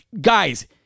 guys